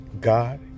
God